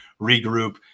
regroup